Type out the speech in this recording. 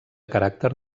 caràcter